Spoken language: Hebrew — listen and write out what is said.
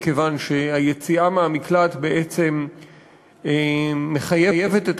מכיוון שהיציאה מהמקלט בעצם מחייבת את